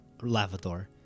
Lavador